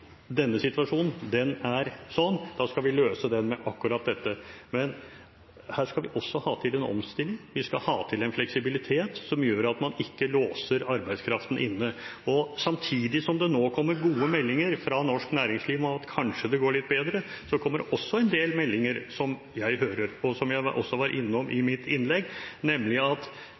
denne situasjonen, den er sånn, og da skal vi løse den med akkurat dette. Men her skal vi også ha til en omstilling, vi skal ha til en fleksibilitet som gjør at man ikke låser arbeidskraften inne. Samtidig som det nå kommer gode meldinger fra norsk næringsliv om at det kanskje går litt bedre, kommer det også en del meldinger som jeg hører, som jeg også var innom i mitt innlegg, om at